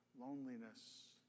loneliness